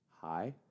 hi